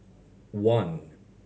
one